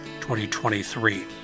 2023